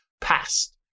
past